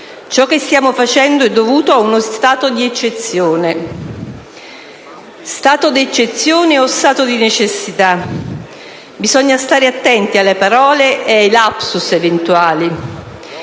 «Ciò che stiamo facendo è dovuto ad uno stato di eccezione». Stato di eccezione o stato di necessità? Bisogna stare attenti alle parole e ai *lapsus* eventuali.